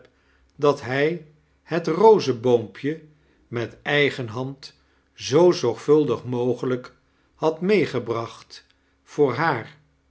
dat hij het rozeboompje met eigen hand zoo zorgvulddg mogelijk had meegebracht voor haar